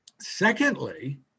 secondly